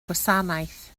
gwasanaeth